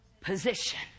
position